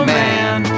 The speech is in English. man